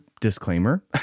disclaimer